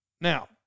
Now